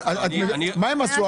מה הם עשו,